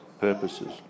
purposes